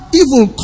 evil